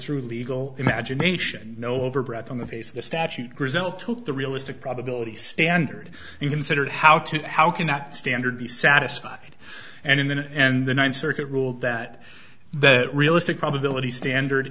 through legal imagination no overbred on the face of the statute result took the realistic probability standard you considered how to how can that standard be satisfied and in and the th circuit ruled that that realistic probability standard